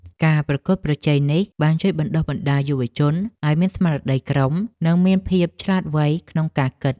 ការប្រកួតប្រជែងនេះបានជួយបណ្តុះបណ្តាលយុវជនឱ្យមានស្មារតីក្រុម និងមានភាពឆ្លាតវៃក្នុងការគិត។